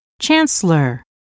Chancellor